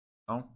Então